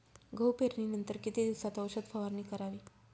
गहू पेरणीनंतर किती दिवसात औषध फवारणी करावी?